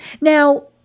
now